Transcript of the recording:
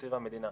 לתקציב המדינה.